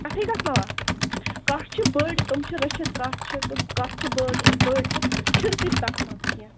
کَٹھٕے گَژھنووا کَٹھ چھِ بٔڑۍ تِم چھِ رٔچھِتھ کَٹھ چھِ تِم کَٹھ چھِ بٔڑ بٔڑۍ تہٕ چھِرٕ تہِ چھِ تَتھ منٛز کیٚنٛہہ